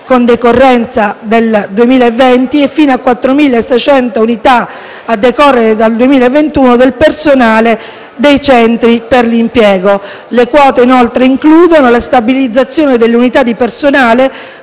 con decorrenza dal 2020 e fino a 4.600 unità a decorrere dal 2021 del personale dei centri per l'impiego. Le quote inoltre includono la stabilizzazione delle unità di personale